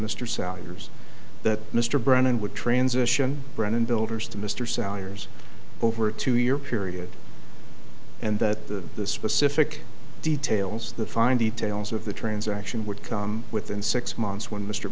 souders that mr brennan would transition brennan builders to mr sellers over a two year period and that the specific details the fine details of the transaction would come within six months when mr